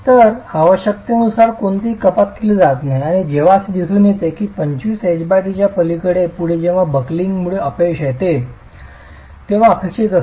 तर आवश्यकतेनुसार कोणतीही कपात केली जात नाही आणि जेव्हा असे दिसून येते की 25 ht च्या पलीकडे पुढे जेव्हा बकलिंगमुळे अपयश येते तेव्हा अपेक्षित असते